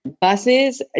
Buses